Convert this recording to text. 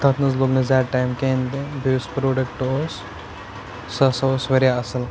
تَتھ نَہ حظ لوٚگ نہ زیادٕ ٹایِم کہیٖنۍ تہِ بیٚیہِ یُس پرٛوڈکٹہٕ اوٗس سُہ ہسا اوٗس واریاہ اصٕل